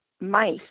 mice